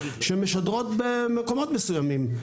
שמשדרות במקומות מסוימים,